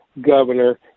governor